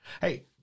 hey